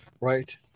right